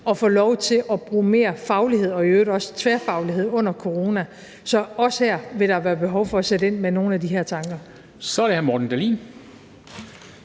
at få lov til at bruge mere faglighed – og i øvrigt også tværfaglighed – under corona. Så også her vil der være behov for at sætte ind med nogle af de her tanker. Kl. 00:02 Formanden